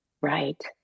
Right